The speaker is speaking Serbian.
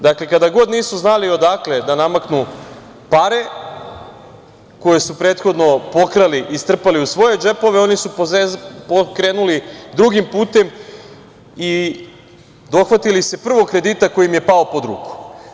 Dakle, kada god nisu znali odakle da namaknu pare, koje su prethodno pokrali i strpali u svoje džepove, oni su krenuli drugim putem i dohvatili se prvog kredita koji im je pao pod ruku.